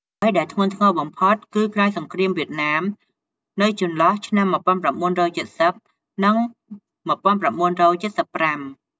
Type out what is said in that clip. អ្វីដែលធ្ងន់ធ្ងរបំផុតគឺក្រោយសង្រ្គាមវៀតណាមនៅចន្លោះឆ្នាំ ១៩៧០ និង ១៩៧៥ ។